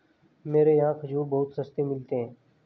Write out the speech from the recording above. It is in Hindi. मेरे यहाँ खजूर बहुत सस्ते मिलते हैं